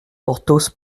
porthos